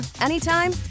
anytime